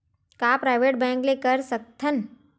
का private bank ले कर सकत हन?